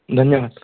धन्यवाद